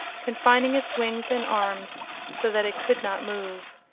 confining its wings and arms so that it could not move.